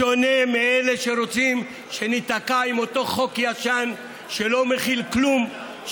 בשונה מאלה שרוצים שניתקע עם חוק ישן שלא מכיל כלום,